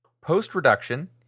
Post-reduction